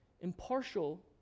Impartial